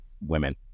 women